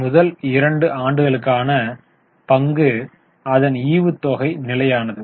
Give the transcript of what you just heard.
முதல் இரண்டு ஆண்டுகளுக்கான பங்கு அதன் ஈவுத்தொகை நிலையானது